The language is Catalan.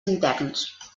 interns